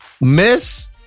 Miss